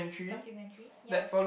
documentary yup